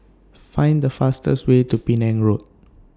Find The fastest Way to Penang Road